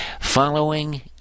Following